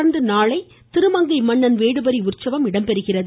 தொடர்ந்து நாளை திருமங்கை மன்னன் வேடுபறி உற்சவம் இடம்பெறுகிறது